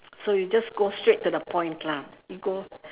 so you just go straight to the point lah you go